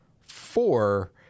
four